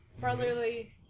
Brotherly